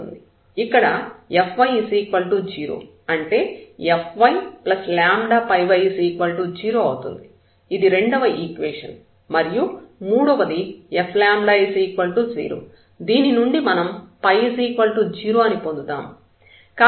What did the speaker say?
ఇక్కడ Fy0 అంటే fyλy0 అవుతుంది ఇది రెండవ ఈక్వేషన్ మరియు మూడవది F0 దీని నుండి మనం ϕ0 అని పొందుతాము